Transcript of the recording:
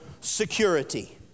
security